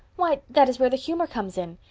why, that is where the humor comes in,